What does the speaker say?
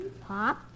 Pop